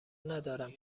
ندارم